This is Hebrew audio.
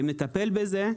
אם נטפל בזה,